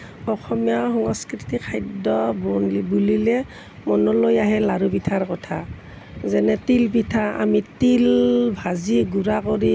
অসমীয়া সংস্কৃতিৰ খাদ্য বুলিলে মনলৈ আহে লাৰু পিঠাৰ কথা যেনে তিল পিঠা আমি তিল ভাজি গুড়া কৰি